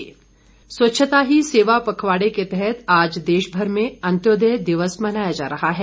अंत्योदय दिवस स्वच्छता ही सेवा पखवाड़े के तहत आज देश भर में अन्त्योदय दिवस मनाया जा रहा है